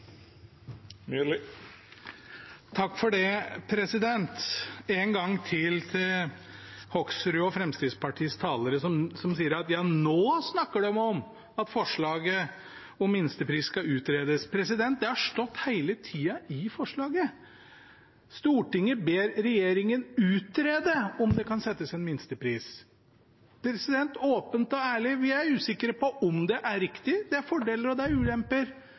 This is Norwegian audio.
og Fremskrittspartiets talere, som sier at ja, nå snakker de om at forslaget om minstepris skal utredes. Det har stått hele tida i forslaget: «Stortinget ber regjeringen utrede om det kan settes en minstepris Åpent og ærlig: Vi er usikre på om det er riktig. Det er fordeler, og det er ulemper.